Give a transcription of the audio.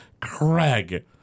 Craig